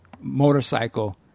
motorcycle